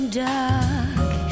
dark